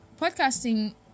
podcasting